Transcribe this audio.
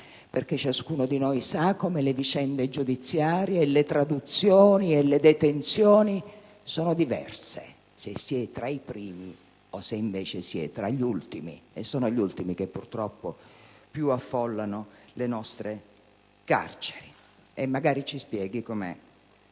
ultimi. Ciascuno di noi sa, infatti, come le vicende giudiziarie, le traduzioni, le detenzioni sono diverse se si è tra i primi o se si è tra gli ultimi, e sono gli ultimi che purtroppo affollano di più le nostre carceri. E magari ci spieghi com'è